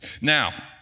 Now